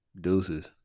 Deuces